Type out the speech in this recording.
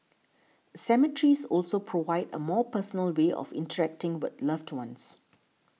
cemeteries also provide a more personal way of interacting with loved ones